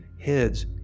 heads